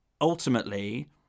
ultimately